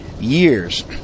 years